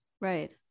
Right